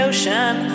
Ocean